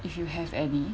if you have any